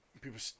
people